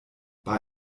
bei